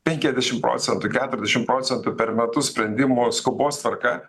penkiasdešimt procentų keturiasdešimt procentų per metus sprendimų skubos tvarka